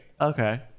Okay